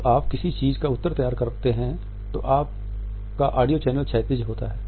जब आप किसी चीज़ का उत्तर तैयार करते हैं तो आप का ऑडियो चैनल क्षैतिज होता है